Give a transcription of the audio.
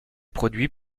produit